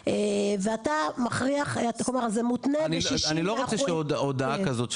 ואתה מכריח כלומר זה מותנה ב- 60 -- אני לא רוצה שהודעה כזאת,